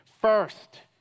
first